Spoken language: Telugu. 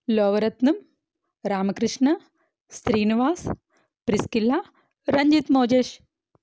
లోవరత్నం రామకృష్ణ శ్రీనివాస్ ప్రిస్కిల్లా రంజిత్మోజేష్